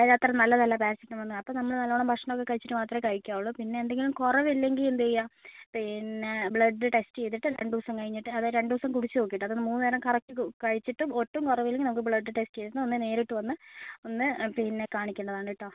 അത്ര നല്ലതല്ല പാരസെറ്റാമോൾ അപ്പം നമ്മൾ നല്ലവണ്ണം ഭക്ഷണം ഒക്കെ കഴിച്ചിട്ട് മാത്രമേ കഴിക്കാവുള്ളൂ പിന്നെ എന്തെങ്കിലും കുറവില്ലെങ്കിൽ എന്ത് ചെയ്യുക പിന്നെ ബ്ലഡ് ടെസ്റ്റ് ചെയ്തിട്ട് രണ്ട് ദിവസം കഴിഞ്ഞിട്ട് അതായത് രണ്ട് ദിവസം കുടിച്ച് നോക്കിയിട്ട് അതൊന്ന് മൂന്ന് നേരം കറക്റ്റ് കു കഴിച്ചിട്ട് ഒട്ടും കുറവ് ഇല്ലെങ്കിൽ നമുക്ക് ബ്ലഡ് ടെസ്റ്റ് ചെയ്ത് ഒന്ന് നേരിട്ട് വന്ന് ഒന്ന് പിന്നെ കാണിക്കേണ്ടതാണ് കേട്ടോ